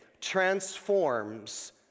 transforms